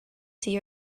see